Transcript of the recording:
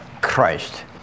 Christ